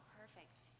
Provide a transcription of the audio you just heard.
perfect